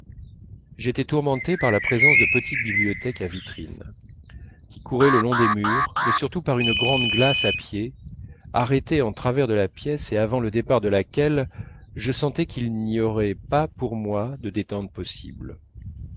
j'étais tourmenté par la présence de petites bibliothèques à vitrines qui couraient le long des murs mais surtout par une grande glace à pieds arrêtée en travers de la pièce et avant le départ de laquelle je sentais qu'il n'y aurait pas pour moi de détente possible